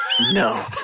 No